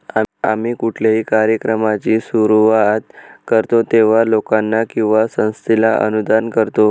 आम्ही कुठल्याही कार्यक्रमाची सुरुवात करतो तेव्हा, लोकांना किंवा संस्थेला अनुदान करतो